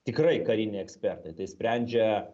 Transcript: tikrai kariniai ekspertai tai sprendžia